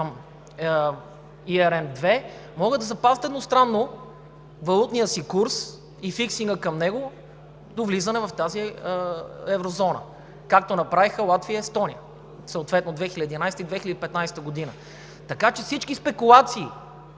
към ЕRМ II, могат да запазват едностранно валутния си курс и фиксинга към него до влизане в тази Еврозона, както направиха Латвия и Естония, съответно през 2011 г. и 2015 г. Така че всички спекулации,